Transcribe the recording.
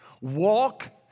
Walk